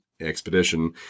expedition